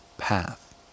path